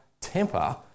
temper